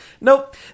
Nope